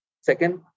Second